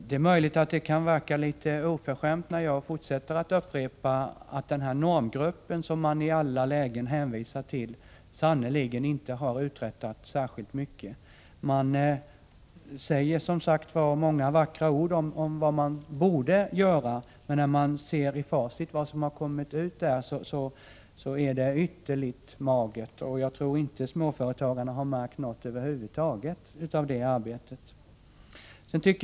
Det är möjligt att det kan verka litet oförskämt när jag upprepar att normgruppen, som det i alla lägen hänvisas till, sannerligen inte har uträttat särskilt mycket. Det sägs många vackra ord om vad som borde göras, men när vi tittar i facit över vad som har framkommit finner vi att det är ett ytterligt magert resultat. Jag tror inte att småföretagarna har märkt någonting över huvud taget av normgruppens arbete.